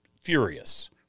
furious